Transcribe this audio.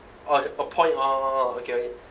orh a point orh okay okay